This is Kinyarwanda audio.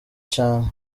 cane